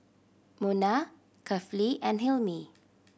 Munah Kefli and Hilmi